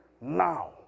now